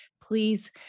please